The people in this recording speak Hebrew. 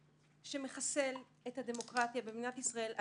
שמחסל את הדמוקרטיה במדינת ישראל.